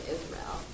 Israel